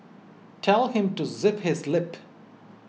tell him to zip his lip